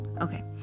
Okay